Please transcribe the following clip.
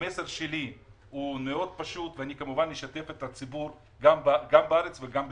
המסר שלי הוא מאוד פשוט ואני כמובן אשתף את הציבור גם בארץ וגם בקצרין.